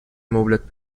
مبلت